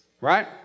right